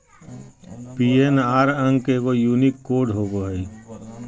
PNR अंक एगो unique code होबो हइ